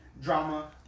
drama